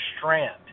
strand